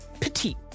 petite